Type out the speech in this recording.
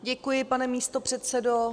Děkuji, pane místopředsedo.